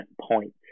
points